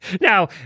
Now